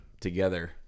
together